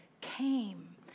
came